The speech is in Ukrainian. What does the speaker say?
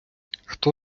хто